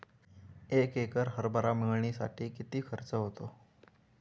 एक एकर हरभरा मळणीसाठी किती खर्च होतो?